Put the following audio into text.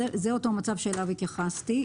זה אותו מצב אליו התייחסתי.